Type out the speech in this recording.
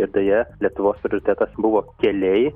ir deja lietuvos prioritetas buvo keliai